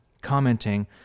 commenting